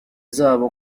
zabo